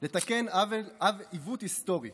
לתקן עיוות היסטורי,